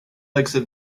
exit